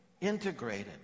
Integrated